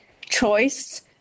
choice